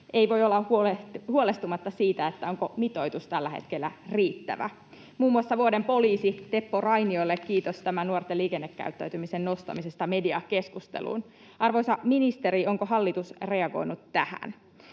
ei voi olla huolestumatta siitä, onko mitoitus tällä hetkellä riittävä. Muun muassa Vuoden poliisi Teppo Rainiolle kiitos nuorten liikennekäyttäytymisen nostamisesta mediakeskusteluun. Arvoisa ministeri, onko hallitus reagoinut tähän?